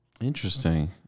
Interesting